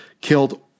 killed